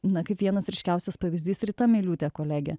na kaip vienas ryškiausias pavyzdys rita miliūtė kolegė